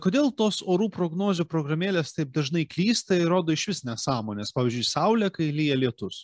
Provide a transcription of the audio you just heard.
kodėl tos orų prognozių programėlės taip dažnai klysta ir rodo išvis nesąmones pavyzdžiui saulė kai lyja lietus